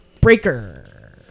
breaker